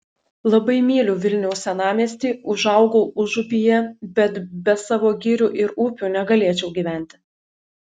labai myliu vilniaus senamiestį užaugau užupyje bet be savo girių ir upių negalėčiau gyventi